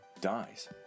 dies